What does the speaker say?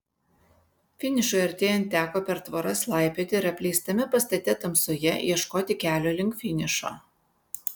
finišui artėjant teko per tvoras laipioti ir apleistame pastate tamsoje ieškoti kelio link finišo